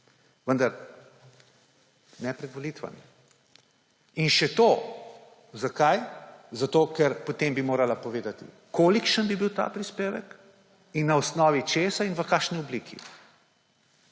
Vendar ne pred volitvami, in še to zakaj? Zato, ker potem bi morala povedati, kolikšen bi bil ta prispevek in na osnovi česa in v kakšni obliki.